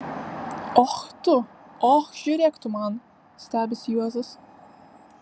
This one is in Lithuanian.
och tu och žiūrėk tu man stebisi juozas